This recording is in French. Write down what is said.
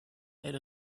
elle